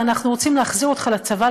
ואנחנו רוצים להחזיר אותך לצבא,